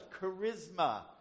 charisma